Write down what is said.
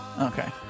Okay